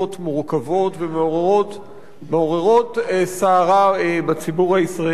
מורכבות ומעוררות סערה בציבור הישראלי.